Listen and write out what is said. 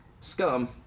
scum